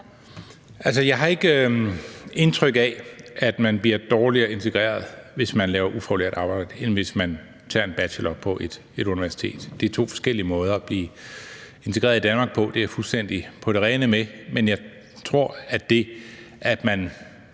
Jeg har ikke indtryk af, at man bliver dårligere integreret, hvis man udfører ufaglært arbejde, end hvis man tager en bacheloruddannelse på universitet. Det er to forskellige måder at blive integreret i Danmark på, og det er jeg fuldstændig på det rene med. Men jeg tror, at det, at man